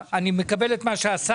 מה שהשר